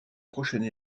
prochaine